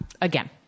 again